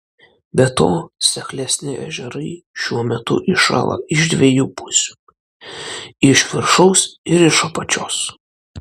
be to seklesni ežerai šiuo metu įšąla iš dviejų pusių iš viršaus ir iš apačios